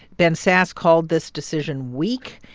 ben sasse called this decision weak.